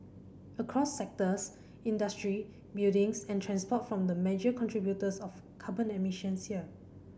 across sectors industry buildings and transport from the major contributors of carbon emissions here